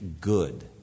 good